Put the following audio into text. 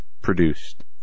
produced